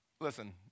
Listen